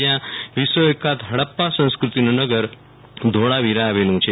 જયાં વિક્ષવિખ્યાત હડપ્યા સંસ્કૃતિનું નગર ધોળાવીરા આવેલુ છે